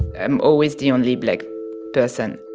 i'm always the only black person